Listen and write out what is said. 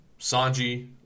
Sanji